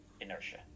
inertia